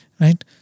right